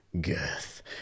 girth